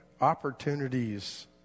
opportunities